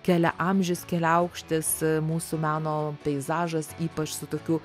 keliaamžis keliaaukštis mūsų meno peizažas ypač su tokiu